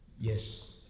Yes